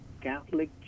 Catholic